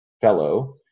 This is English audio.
fellow